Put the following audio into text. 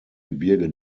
gebirge